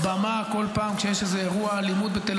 -- לבמה כל פעם שיש איזה אירוע אלימות בתל